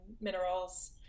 minerals